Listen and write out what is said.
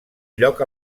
lloc